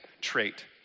trait